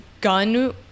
gun